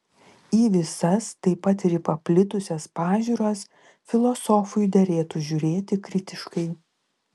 į visas taip pat ir į paplitusias pažiūras filosofui derėtų žiūrėti kritiškai